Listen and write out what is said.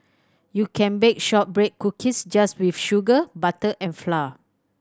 you can bake shortbread cookies just with sugar butter and flour